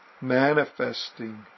manifesting